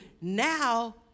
now